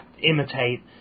imitate